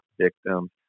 victims